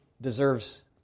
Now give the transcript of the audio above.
deserves